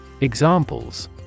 Examples